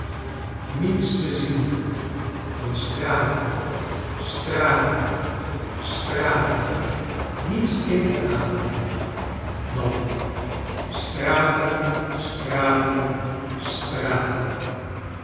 niets te zien dan straten straten straten niets in te a demen dan straten straten